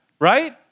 Right